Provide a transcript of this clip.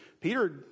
Peter